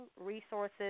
resources